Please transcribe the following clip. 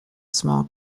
small